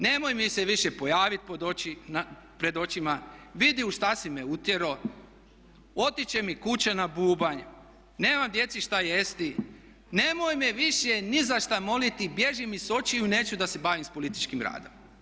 Nemoj mi se više pojavit pred očima, vidi u šta si me utjero, otić će mi kuća na bubanj, nemam djeci šta jesti, nemoj me više ni za šta moliti, bježi mi sa očiju, neću da se bavim sa političkim radom.